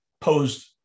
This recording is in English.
posed